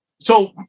So-